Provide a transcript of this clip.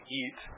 eat